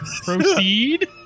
proceed